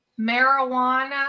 marijuana